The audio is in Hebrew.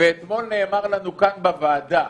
ואתמול נאמר לנו כאן בוועדה